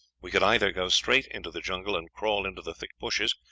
we could either go straight into the jungle and crawl into the thick bushes,